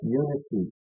unity